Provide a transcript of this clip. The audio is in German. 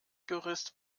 gerüst